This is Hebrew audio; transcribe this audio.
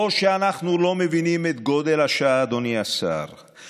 לפיכך אנחנו עוברים להצבעה על הסתייגות מס' 24. הצבעה.